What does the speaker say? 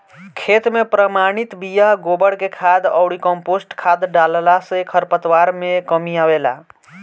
खेत में प्रमाणित बिया, गोबर के खाद अउरी कम्पोस्ट खाद डालला से खरपतवार में कमी आवेला